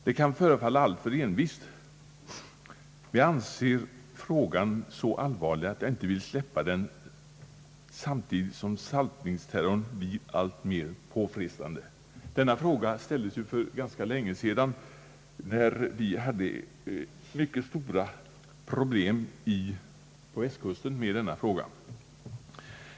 Det kan förefalla alltför envist, men jag anser frågan så allvarlig, att jag inte vill släppa den — samtidigt som saltningsterrorn blir alltmer påfrestande. Denna fråga ställdes ju för ganska länge sedan när vi på västkusten hade mycket stora problem med saltningen.